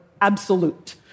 absolute